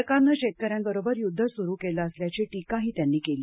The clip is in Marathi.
सरकारनं शेतकऱ्यांबरोबर युद्ध सुरू केलं असल्याची टीकाही त्यांनी केली